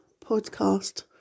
podcast